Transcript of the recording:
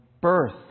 birth